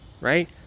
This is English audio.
right